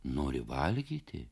nori valgyti